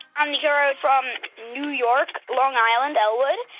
i'm nicaro from new york, long island, elwood.